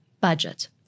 budget